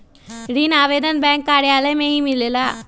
ऋण आवेदन बैंक कार्यालय मे ही मिलेला?